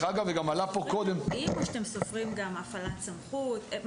אתם סופרים אירועים או שאתם סופרים גם הפעלת סמכות?